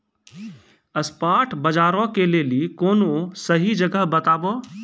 spot बजारो के लेली कोनो सही जगह बताबो